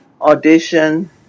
audition